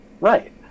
Right